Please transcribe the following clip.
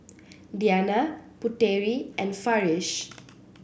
Diyana Putera and Farish